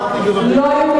לא האשמתי אותך, אמרתי ברבים.